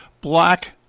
black